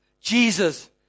Jesus